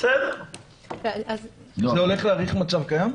זה הולך להאריך מצב קיים?